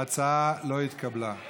ההצעה לא התקבלה.